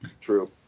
True